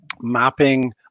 mapping